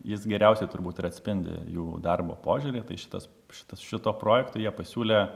jis geriausiai turbūt ir atspindi jų darbo požiūrį tai šitas šitas šituo projektu jie pasiūlė